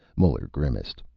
muller grimaced.